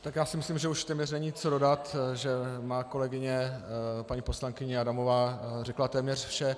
Tak já si myslím, že už není téměř co dodat, že moje kolegyně paní poslankyně Adamová řekla téměř vše.